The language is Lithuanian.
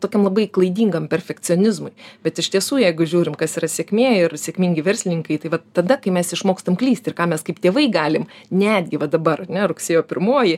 tokiam labai klaidingam perfekcionizmui bet iš tiesų jeigu žiūrim kas yra sėkmė ir sėkmingi verslininkai tai vat tada kai mes išmokstam klyst ir ką mes kaip tėvai galim netgi va dabar ane rugsėjo pirmoji